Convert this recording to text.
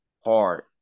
hard